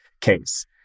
case